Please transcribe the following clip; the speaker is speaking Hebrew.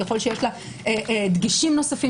ככל שיש לה דגשים נוספים